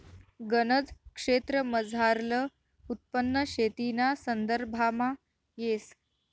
गनज क्षेत्रमझारलं उत्पन्न शेतीना संदर्भामा येस